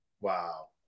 Wow